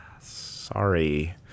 sorry